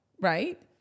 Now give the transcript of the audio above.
Right